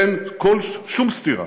אין שום סתירה